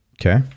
Okay